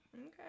Okay